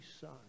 son